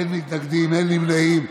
אין מתנגדים, אין נמנעים.